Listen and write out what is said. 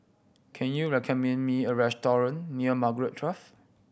can you recommend me a restaurant near Margaret Drive